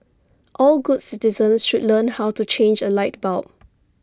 all good citizens should learn how to change A light bulb